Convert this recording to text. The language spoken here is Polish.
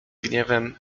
gniewem